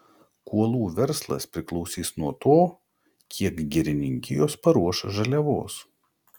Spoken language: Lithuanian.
kuolų verslas priklausys nuo to kiek girininkijos paruoš žaliavos